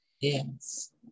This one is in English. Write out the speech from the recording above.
yes